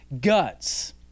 guts